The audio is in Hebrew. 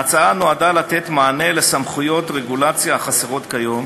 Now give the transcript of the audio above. ההצעה נועדה לתת מענה לסמכויות רגולציה החסרות כיום